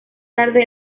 tarde